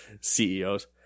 CEOs